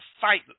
fight